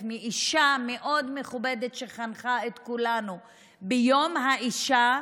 מאישה מאוד מכובדת שחנכה את כולנו ויום האישה,